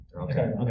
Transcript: Okay